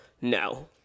No